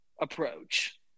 approach